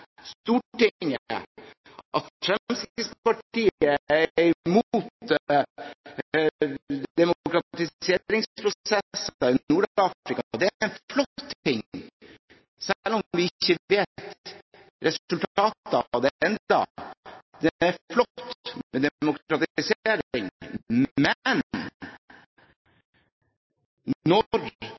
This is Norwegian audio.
Stortinget, at Fremskrittspartiet er imot demokratiseringsprosesser i Nord-Afrika. Det er en flott ting, selv om vi ikke vet resultatet av det ennå. Det er flott med demokratisering, men når